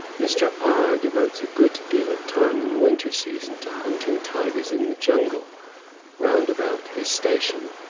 mr. r devotes a good deal of time in the winter season to hunting tigers in the jungle round about his station,